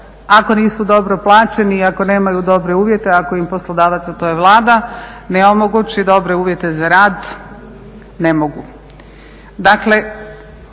ako nisu dobro plaćani, ako nemaju dobre uvjete, ako im poslodavac a to je Vlada ne omogući dobre uvjete za rad? Ne mogu.